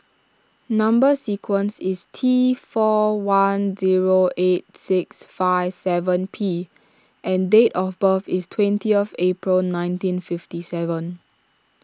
Number Sequence is T four one zero eight six five seven P and date of birth is twentieth April nineteen fifty seven